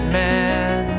man